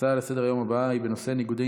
ההצעה לסדר-היום הבאה היא בנושא ניגודי